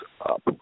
up